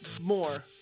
more